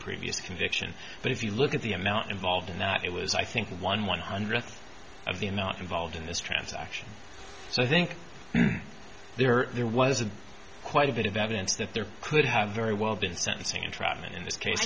previous conviction but if you look at the amount involved in that it was i think one one hundredth of the i'm not involved in this transaction so i think there are there was a quite a bit of evidence that there could have very well been sentencing entrapment in this case i